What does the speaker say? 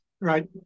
Right